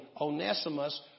Onesimus